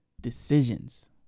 decisions